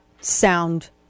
sound